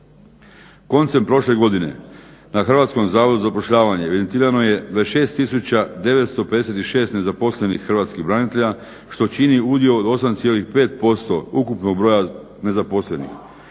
Koncem prošle godine na Hrvatskom zavodu za zapošljavanje evidentirano je 26 tisuća 956 nezaposlenih hrvatskih branitelja što čini udio od 8,5% ukupnog broja nezaposlenih.